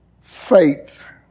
faith